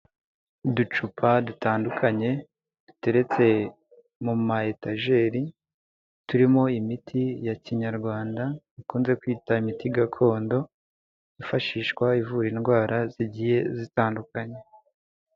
Uducupa dutandukanye duteretse mu mayetajeri, turimo imiti ya kinyarwanda dukunze kwita imiti gakondo, yifashishwa ivura indwara zigiye zitandukanye.